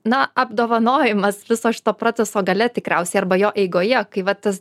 na apdovanojimas viso šito proceso gale tikriausiai arba jo eigoje kai va tas